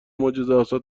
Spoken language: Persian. معجزهآسا